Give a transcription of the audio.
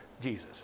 Jesus